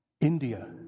India